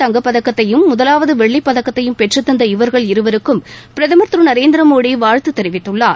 தங்கப்பதக்கத்தையும் முதலாவது வெள்ளிப் பதக்கத்தையும் பெற்றுத்தந்த இவர்கள் நாட்டிற்கு முதலாவது இருவருக்கும் பிரதமர் திரு நரேந்திர மோடி வாழ்த்து தெரிவித்துள்ளார்